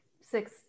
six